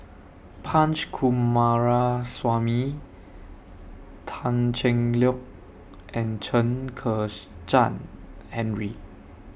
Punch Coomaraswamy Tan Cheng Lock and Chen Kezhan Henri